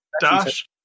dash